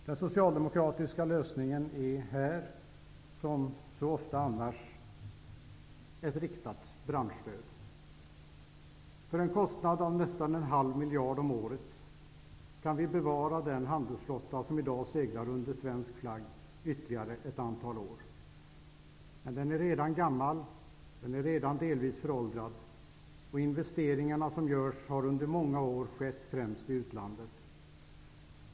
Den socialdemokratiska lösningen är här, som så ofta annars, ett riktat branschstöd. För en kostnad om nästan en halv miljard om året kan vi ytterligare ett antal år bevara den handelsflotta som i dag seglar under svensk flagg. Men den är redan gammal och delvis föråldrad. Och investeringarna som görs har under många år främst skett i utlandet.